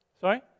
Sorry